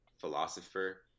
philosopher